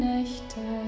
Nächte